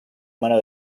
mano